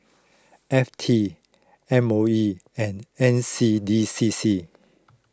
F T M O E and N C D C C